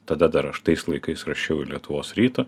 tada dar aš tais laikais rašiau lietuvos ryto